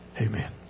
Amen